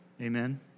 amen